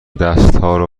دستهارو